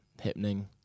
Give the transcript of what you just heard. happening